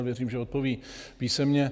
Věřím, že odpoví písemně.